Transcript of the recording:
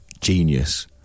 genius